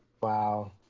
Wow